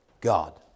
God